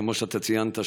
כמו שאתה ציינת,